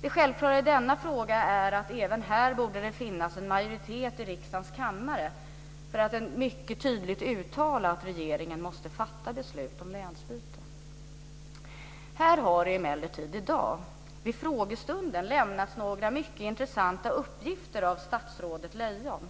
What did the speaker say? Det självklara i den här frågan är att det även här borde finnas en majoritet i riksdagens kammare för att mycket tydligt uttala att regeringen måste fatta ett beslut om länsbyte. Här har emellertid i dag vid frågestunden lämnats några mycket intressanta uppgifter av statsrådet Lejon.